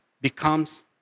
becomes